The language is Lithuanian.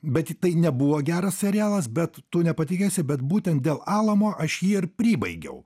bet tai nebuvo geras serialas bet tu nepatikėsi bet būtent dėl alamo aš jį ir pribaigiau